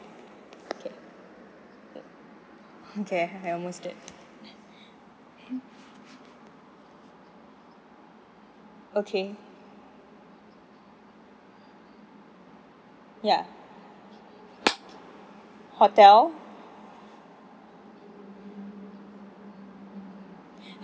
okay okay ya hotel